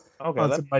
Okay